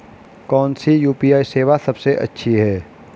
कौन सी यू.पी.आई सेवा सबसे अच्छी है?